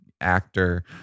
actor